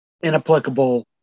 inapplicable